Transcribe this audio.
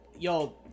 Yo